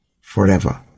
forever